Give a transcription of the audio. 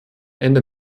ende